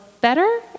better